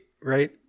right